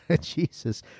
Jesus